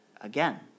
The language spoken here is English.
Again